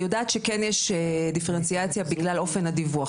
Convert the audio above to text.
אני יודעת שכן יש דיפרנציאציה בגלל אופן הדיווח,